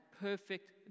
perfect